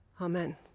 Amen